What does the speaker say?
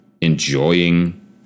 enjoying